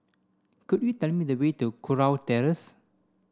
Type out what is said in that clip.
could you tell me the way to Kurau Terrace